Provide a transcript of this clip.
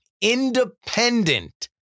independent